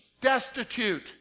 Destitute